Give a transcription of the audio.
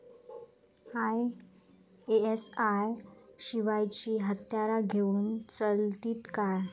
ISI शिवायची हत्यारा घेऊन चलतीत काय?